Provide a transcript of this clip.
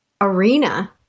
arena